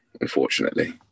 unfortunately